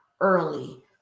early